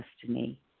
destiny